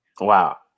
Wow